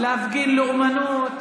להפגין לאומנות.